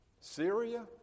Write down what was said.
Syria